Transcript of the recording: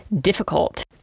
difficult